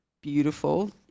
beautiful